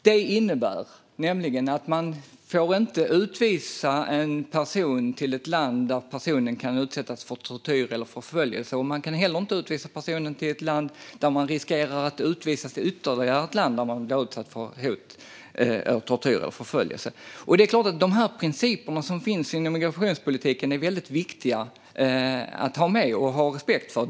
Den innebär att man inte får utvisa en person till ett land där denne kan utsättas för tortyr eller förföljelse. Man kan inte heller utvisa till ett land där personen riskerar att utvisas till ytterligare ett land där det råder risk att utsättas för tortyr eller förföljelse. Det är klart att de principer som finns inom migrationspolitiken är väldigt viktiga att ha med och att ha respekt för.